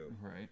right